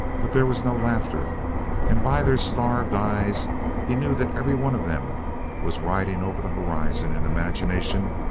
but there was no laughter and by their starved eyes he knew that every one of them was riding over the horizon in imagination,